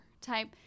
type